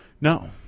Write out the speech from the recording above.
No